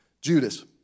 Judas